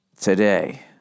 Today